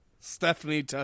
Stephanie